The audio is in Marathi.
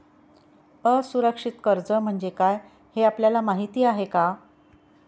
असुरक्षित कर्ज म्हणजे काय हे आपल्याला माहिती आहे का?